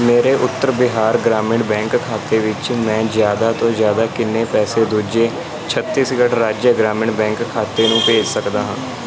ਮੇਰੇ ਉੱਤਰ ਬਿਹਾਰ ਗ੍ਰਾਮੀਣ ਬੈਂਕ ਖਾਤੇ ਵਿੱਚੋਂ ਮੈਂ ਜ਼ਿਆਦਾ ਤੋਂ ਜ਼ਿਆਦਾ ਕਿੰਨੇ ਪੈਸੇ ਦੂਜੇ ਛੱਤੀਸਗੜ੍ਹ ਰਾਜ ਗ੍ਰਾਮੀਣ ਬੈਂਕ ਖਾਤੇ ਨੂੰ ਭੇਜ ਸਕਦਾ ਹਾਂ